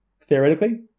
theoretically